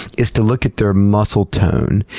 is to look at their muscle tone,